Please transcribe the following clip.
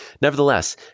Nevertheless